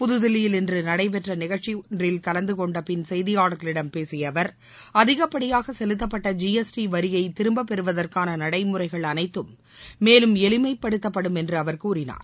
புதுதில்லியில் இன்று நடைபெற்ற நிகழ்ச்சியொன்றில் கலந்து கொண்டபின் செய்தியாளர்களிடம் பேசிய அவர் அதிகப்படியாக செலுத்தப்பட்ட ஜி எஸ் டி வரியை திரும்பப் பெறுவதற்கான நடைமுறைகள் அனைத்தும மேலும் எளிமைப்படுத்தப்படும் என்று அவர் கூறினார்